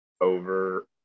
over